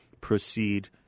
proceed